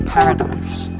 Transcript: Paradise